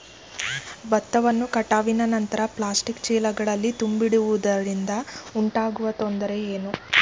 ಭತ್ತವನ್ನು ಕಟಾವಿನ ನಂತರ ಪ್ಲಾಸ್ಟಿಕ್ ಚೀಲಗಳಲ್ಲಿ ತುಂಬಿಸಿಡುವುದರಿಂದ ಉಂಟಾಗುವ ತೊಂದರೆ ಏನು?